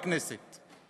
בכנסת,